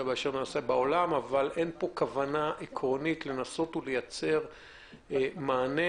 אבל אין פה כוונה עקרונית לייצר מענה